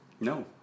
No